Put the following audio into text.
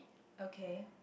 okay